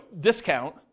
discount